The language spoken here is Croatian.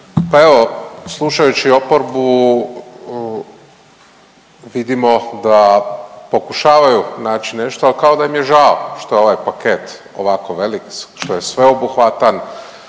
Pa evo slušajući oporbu vidimo da pokušavaju nać nešto al kao da im je žao što je ovaj paket ovako velik što je sveobuhvatan